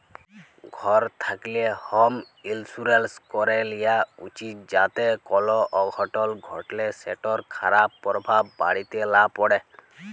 ঘর থ্যাকলে হম ইলসুরেলস ক্যরে লিয়া উচিত যাতে কল অঘটল ঘটলে সেটর খারাপ পরভাব বাড়িতে লা প্যড়ে